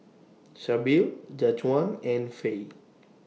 Sybil Jajuan and Fae